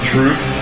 Truth